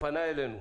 שפנה אלינו,